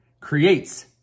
creates